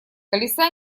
колеса